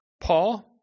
Paul